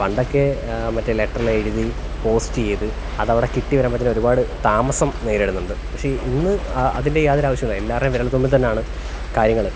പണ്ടൊക്കെ മറ്റേ ലെറ്ററിലെഴുതി പോസ്റ്റ് ചെയ്ത് അതവിടെ കിട്ടിവരുമ്പോഴത്തേനും ഒരുപാട് താമസം നേരിടുന്നുണ്ട് പക്ഷേ ഇന്ന് ആ അതിൻ്റെ യാതൊരാവശ്യവുമില്ല എല്ലാരുടേയും വിരൽത്തുമ്പിൽ തന്നെയാണ് കാര്യങ്ങൾ